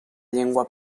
llengua